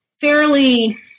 fairly